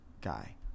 guy